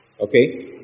Okay